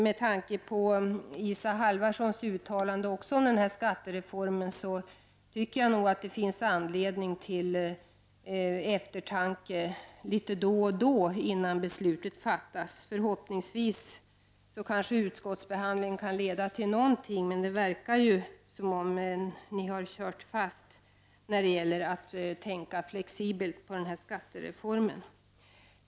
Med tanke på Isa Halvarssons uttalande om denna skattereform tycker jag nog att det ibland finns anledning till eftertanke innan beslutet fattas. Förhoppningsvis kanske utskottsbehandlingen kan leda till någonting. Det verkar dock som om ni har kört fast när det gäller att tänka flexibelt på den här skattereformen.